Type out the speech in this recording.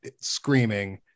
screaming